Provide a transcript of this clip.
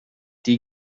die